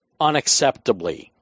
unacceptably